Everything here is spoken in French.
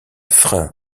frein